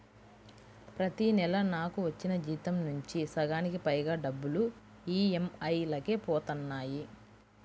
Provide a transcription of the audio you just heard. ప్రతి నెలా నాకు వచ్చిన జీతం నుంచి సగానికి పైగా డబ్బులు ఈ.ఎం.ఐ లకే పోతన్నాయి